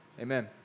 Amen